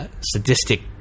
Sadistic